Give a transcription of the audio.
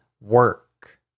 work